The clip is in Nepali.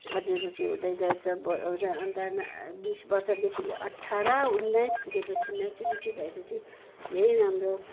अझै रुचि हुँदै जान्छ वर अन्त बिस वर्षदेखि अठार उन्नाइस पुगेपछि म्याचुरिटी भएपछि धेरै राम्रो